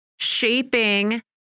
shaping